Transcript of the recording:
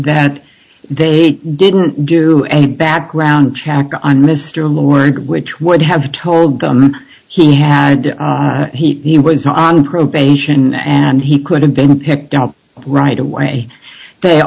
that they didn't do any background check on mr lloyd which would have told them he had he was on probation and he could have been picked up right away they